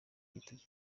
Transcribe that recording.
yitabye